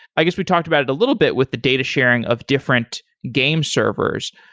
i guess we talked about it a little bit with the data sharing of different game servers.